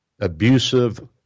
abusive